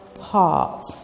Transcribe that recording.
heart